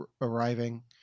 arriving